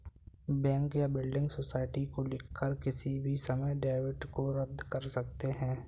bank या building society को लिखकर किसी भी समय डेबिट को रद्द कर सकते हैं